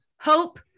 hope